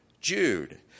Jude